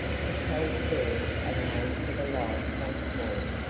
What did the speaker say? capel turned and made for the light once more,